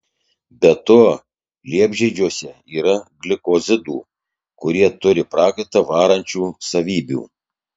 be to liepžiedžiuose yra glikozidų kurie turi prakaitą varančių savybių